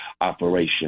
operation